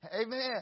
Amen